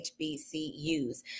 hbcus